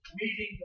meeting